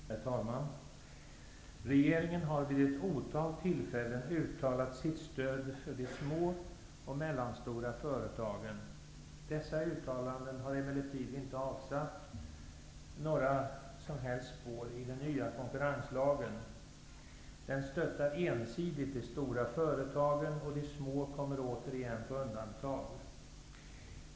Herr talman! Regeringen har vid ett otal tillfällen uttalat sitt stöd för de små och mellanstora företagen. Dessa uttalanden har emellertid inte avsatt några som helst spår i den nya konkurrenslagen. Den stöttar ensidigt de stora företagen, och de små kommer återigen på undantag.